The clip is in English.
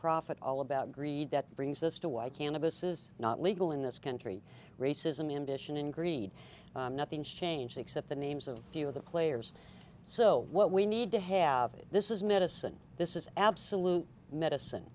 profit all about greed that brings us to why cannabis is not legal in this country racism in addition in green nothing's changed except the names of few of the players so what we need to have it this is medicine this is absolute medicine